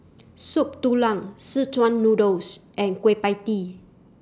Soup Tulang Szechuan Noodle and Kueh PIE Tee